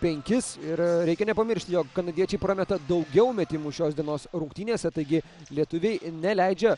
penkis ir reikia nepamiršti jog kanadiečiai prameta daugiau metimų šios dienos rungtynėse taigi lietuviai neleidžia